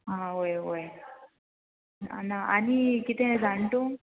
आं वोय वोय ना आनी कितें जाण तूं